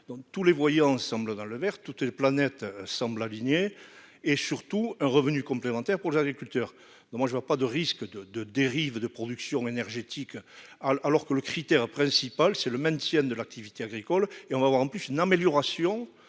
tous les voyants semblent dans le Vert, toutes les planètes semblent alignés et surtout un revenu complémentaire pour les agriculteurs, non, moi je vois pas de risque de de dérive de production énergétique alors que le critère principal, c'est le maintien de l'activité agricole et on va voir en plus une amélioration